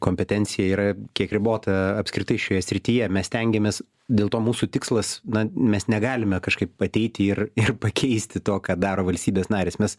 kompetencija yra kiek ribota apskritai šioje srityje mes stengiamės dėl to mūsų tikslas na mes negalime kažkaip ateiti ir ir pakeisti to ką daro valstybės narės mes